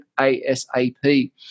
asap